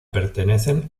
pertenecen